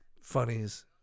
funnies